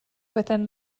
within